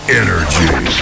energy